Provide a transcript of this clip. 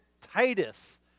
Titus